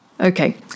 Okay